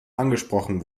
angesprochen